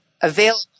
available